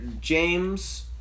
James